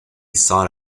sought